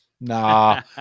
Nah